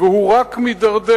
והוא רק מידרדר.